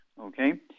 okay